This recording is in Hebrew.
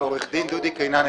אני עורך דין דודי קינן,